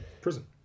prison